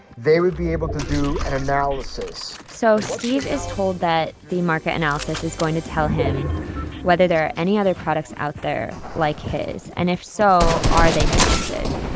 they would be able to do an analysis so steve is told that the market analysis is going to tell him whether there are any other products out there like his. and if so, are they patented?